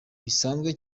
bisanzwe